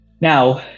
Now